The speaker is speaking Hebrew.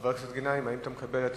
חבר הכנסת גנאים, האם אתה מקבל את